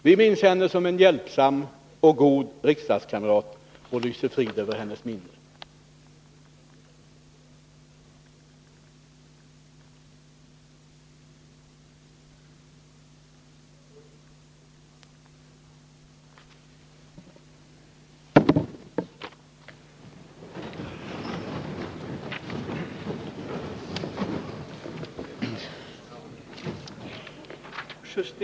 Vi minns henne som en hjälpsam och god riksdagskamrat och lyser frid över hennes minne.